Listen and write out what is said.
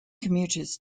commuters